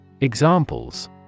Examples